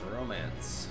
romance